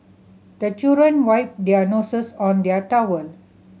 the children wipe their noses on their towel